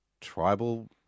tribal